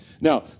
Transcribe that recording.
Now